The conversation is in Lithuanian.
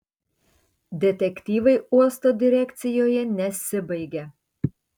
detektyvai uosto direkcijoje nesibaigia